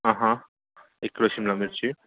हां हां एक किलो शिमला मिरची